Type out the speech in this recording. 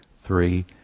three